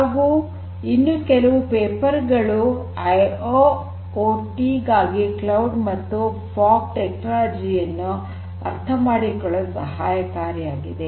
ಹಾಗು ಇನ್ನು ಕೆಲವು ಪೇಪರ್ ಗಳು ಐಐಓಟಿ ಗಾಗಿ ಕ್ಲೌಡ್ ಮತ್ತು ಫಾಗ್ ಟೆಕ್ನಾಲಜಿ ಯನ್ನು ಅರ್ಥ ಮಾಡಿಕೊಳ್ಳಲು ಸಹಾಯಕಾರಿಯಾಗಿವೆ